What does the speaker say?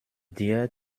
dir